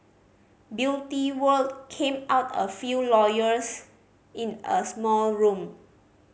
Beauty World came out a few lawyers in a small room